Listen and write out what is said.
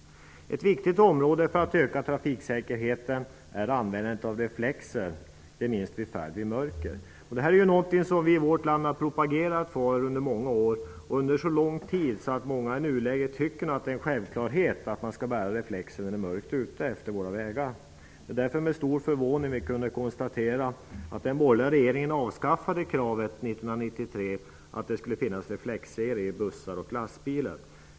Ett viktigt område när det gäller att öka trafiksäkerheten är användandet av reflexer, inte minst vid färd i mörker. Detta är något som vi i vårt land under många år har propagerat för och under så lång tid att många nu ser det som en självklarhet att man skall bära reflexer när det är mörkt ute. Det var därför med stor förvånging som vi kunde konstatera att den borgerliga regeringen 1993 avskaffade kravet på att det skulle finnas reflexselar i bussar och lastbilar.